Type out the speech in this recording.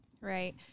Right